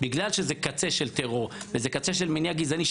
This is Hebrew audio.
בגלל שזה קצה של טרור וזה קצה של מניע גזעני,